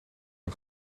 een